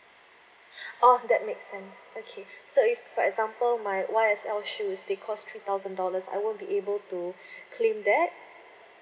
orh that makes sense okay so if for example my Y_S_L shoes they cost three thousand dollars I won't be able to claim that